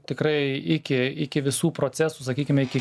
tikrai iki iki visų procesų sakykime iki